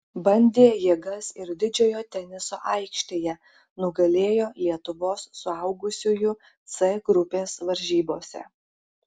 bandė jėgas ir didžiojo teniso aikštėje nugalėjo lietuvos suaugusiųjų c grupės varžybose